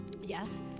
Yes